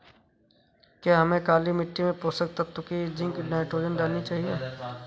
क्या हमें काली मिट्टी में पोषक तत्व की जिंक नाइट्रोजन डालनी चाहिए?